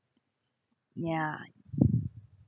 ya